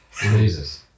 Jesus